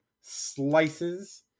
slices